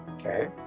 Okay